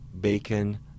bacon